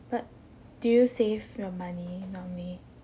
but do you save your money normally